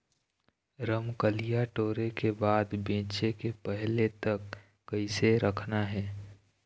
रमकलिया टोरे के बाद बेंचे के पहले तक कइसे रखना हे?